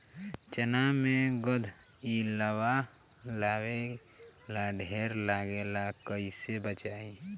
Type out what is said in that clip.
चना मै गधयीलवा लागे ला ढेर लागेला कईसे बचाई?